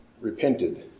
repented